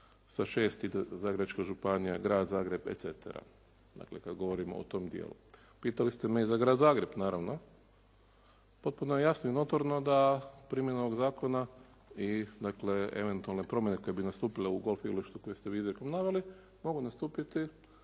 sa 6 Zagrebačka županija, Grad Zagreb et cetera, dakle kad govorimo o tom dijelu. Pitali ste me i za Grad Zagreb naravno. Potpuno je jasno i notorno da primjena ovog zakona i eventualne promjene koje bi nastupile u golf igralištu koje ste vi izrijekom naveli mogu nastupiti